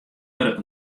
wurde